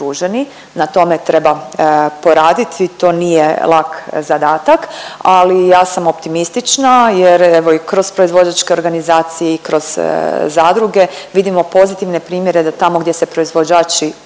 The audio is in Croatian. na tome treba poraditi, to nije lak zadatak, ali ja sam optimistična jer evo i kroz proizvođačke organizacije i kroz zadruge vidimo pozitivne primjere da tamo gdje se proizvođači udruže